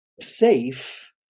safe